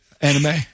anime